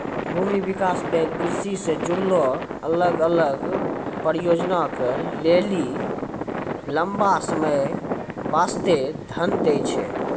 भूमि विकास बैंक कृषि से जुड़लो अलग अलग परियोजना के लेली लंबा समय बास्ते धन दै छै